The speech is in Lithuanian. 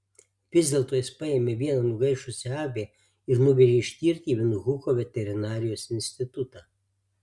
vis dėlto jis paėmė vieną nugaišusią avį ir nuvežė ištirti į vindhuko veterinarijos institutą